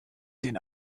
den